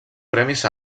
premis